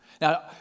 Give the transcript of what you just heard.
Now